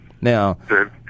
Now